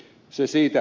se siitä